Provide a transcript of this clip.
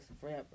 forever